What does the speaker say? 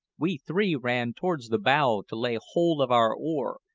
we three ran towards the bow to lay hold of our oar,